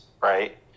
right